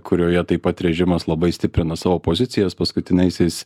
kurioje taip pat režimas labai stiprina savo pozicijas paskutiniaisiais